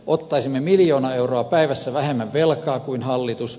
ottaisimme miljoona euroa päivässä vähemmän velkaa kuin hallitus